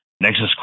Nexus